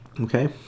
okay